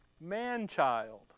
man-child